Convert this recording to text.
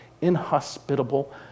inhospitable